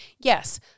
Yes